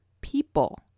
people